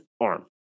arm